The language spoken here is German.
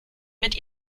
mit